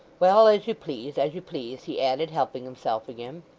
well! as you please, as you please he added, helping himself again.